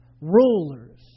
rulers